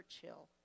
Churchill